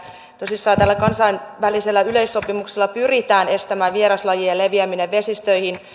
tosissaan tällä kansainvälisellä yleissopimuksella pyritään estämään vieraslajien leviäminen vesistöihin